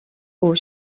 aux